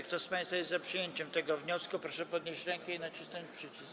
Kto z państwa jest za przyjęciem tego wniosku, proszę podnieść rękę i nacisnąć przycisk.